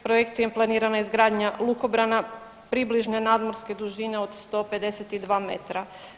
Projektom je planirana izgradnja lukobrana približne nadmorske dužine od 152 metra.